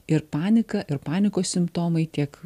ir panika ir panikos simptomai tiek